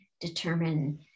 determine